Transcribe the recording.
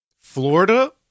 Florida